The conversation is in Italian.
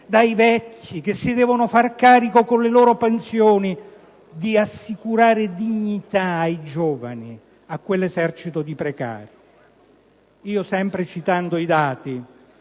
dai vecchi che si devono fare carico, con le loro pensioni, di assicurare dignità ai giovani, a quell'esercito di precari. Sempre citando i dati,